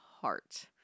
heart